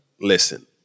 listen